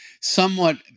somewhat